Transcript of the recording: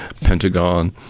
pentagon